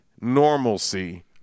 normalcy